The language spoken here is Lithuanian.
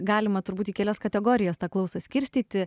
galima turbūt į kelias kategorijas tą klausą skirstyti